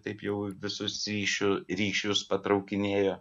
taip jau visus ryšiu ryšius patraukinėjo